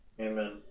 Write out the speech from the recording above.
Amen